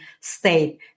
state